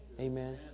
Amen